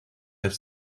have